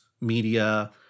media